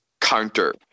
counter